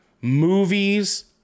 movies